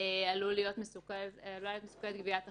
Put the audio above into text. עלולה להיות מסוכלת גביית החוב.